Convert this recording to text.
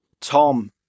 Tom